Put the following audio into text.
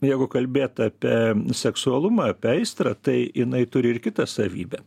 jeigu kalbėt apie seksualumą apie aistrą tai jinai turi ir kitą savybę